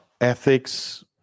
ethics